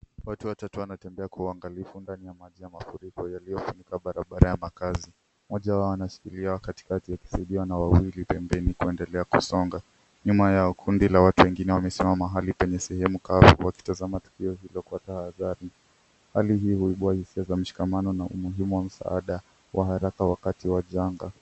Watu watatu wanatembea kwa uangalifu ndani ya maji ya mafuriko yaliyofunika barabara ya makaazi. Mmoja wao anashikiliwa katikati akisaidiwa na wawili pembeni kuendelea kusonga. Nyuma yao kundi la watu wengine wamesimama mahali penye sehemu kavu wakitazama tukio hilo kwa tahadhari. Hali hii huibua hisia za mshikamano na umuhimu wa msaada wa haraka wakati wa janga.